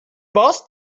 boss